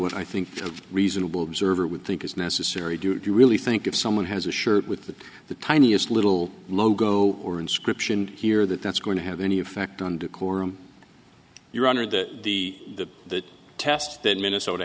what i think of reasonable server would think is necessary do you really think if someone has a shirt with the tiniest little logo or inscription here that that's going to have any effect on decorum your honor that the the test that minnesota